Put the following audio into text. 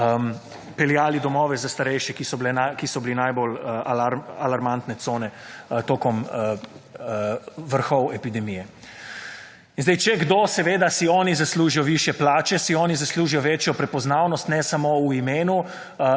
peljali domove za starejšte, ki so bili najbolj alarmantne cone tekom vrhov epidemije. In sedaj če kdo, seveda, si oni zaslužijo višje plače, si oni zaslužijo večjo prepoznavnost, ne samo v imenu